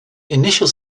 initial